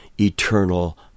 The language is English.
eternal